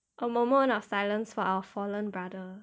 a moment of silence for our fallen brother